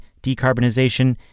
decarbonization